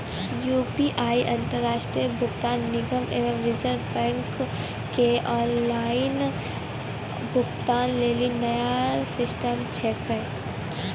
UPI राष्ट्रीय भुगतान निगम एवं रिज़र्व बैंक के ऑनलाइन भुगतान लेली नया सिस्टम छिकै